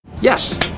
Yes